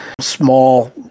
small